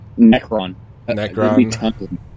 Necron